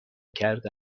کرده